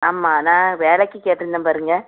ஆமாம் நான் வேலைக்கு கேட்டிருந்தேன் பாருங்க